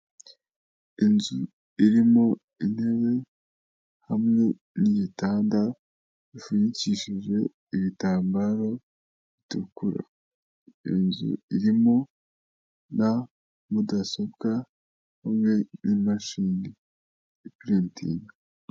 Inzu irimo intebe hamwe n'igitanda bifunikishije ibitambaro bitukura, iyo nzu irimo na mudasobwa hamwe n'imashini ipirintinga.